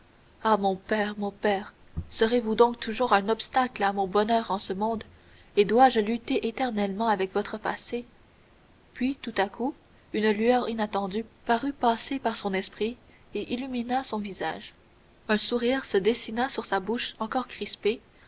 ah mon père mon père serez-vous donc toujours un obstacle à mon bonheur en ce monde et dois-je lutter éternellement avec votre passé puis tout à coup une lueur inattendue parut passer par son esprit et illumina son visage un sourire se dessina sur sa bouche encore crispée